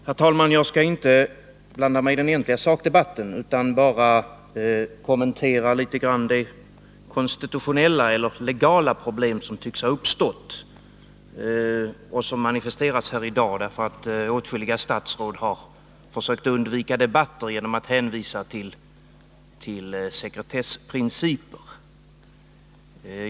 Herr talman! Jag skall inte blanda mig i den egentliga sakdebatten utan bara något kommentera de konstitutionella eller legala problem som tycks ha uppstått och som har manifesterats här i dag. Åtskilliga statsråd har nämligen försökt undvika debatter genom att hänvisa till sekretessprinciper.